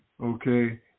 okay